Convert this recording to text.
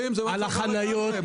על החניות?